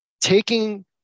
taking